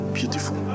Beautiful